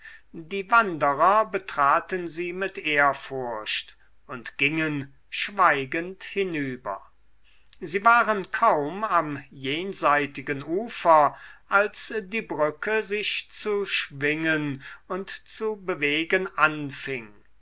die wanderer betraten sie mit ehrfurcht und gingen schweigend hinüber sie waren kaum am jenseitigen ufer als die brücke sich zu schwingen und zu bewegen anfing